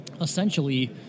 essentially